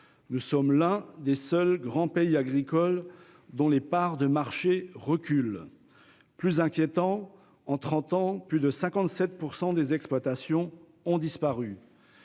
Nous sommes l'un des seuls grands pays agricoles dont les parts de marché reculent. Plus inquiétant, en trente ans, plus de 57 % des exploitations ont disparu.